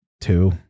two